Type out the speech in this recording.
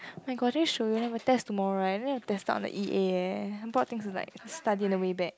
my god did i show you i have a test tomorrow eh then i am tested on the E_A eh then i have a lot of things like study on the way back